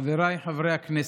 חבריי חברי הכנסת,